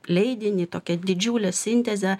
leidinį tokią didžiulę sintezę